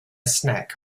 snack